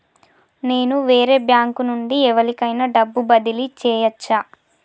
నేను వేరే బ్యాంకు నుండి ఎవలికైనా డబ్బు బదిలీ చేయచ్చా?